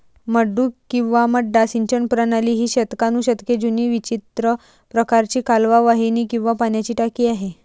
मड्डू किंवा मड्डा सिंचन प्रणाली ही शतकानुशतके जुनी विचित्र प्रकारची कालवा वाहिनी किंवा पाण्याची टाकी आहे